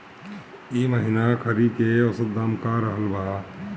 एह महीना खीरा के औसत दाम का रहल बा?